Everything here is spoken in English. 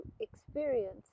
experience